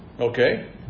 Okay